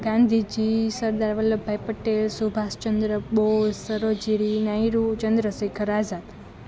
Gandhiji Sardar Vallabh Bhai Patel Subhashchandra Bose Sarojini Naidu Chandrashekhar Azad